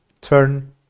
turn